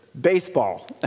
baseball